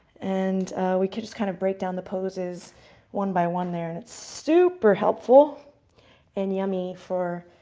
and we can just kind of break down the poses one by one there. and it's super helpful and yummy for